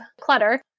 clutter